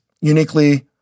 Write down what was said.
uniquely